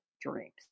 dreams